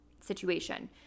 situation